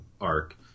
arc